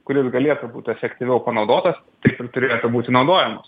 kuris galėtų būt efektyviau panaudotas taip ir turėtų būti naudojamos